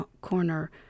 corner